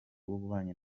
w’ububanyi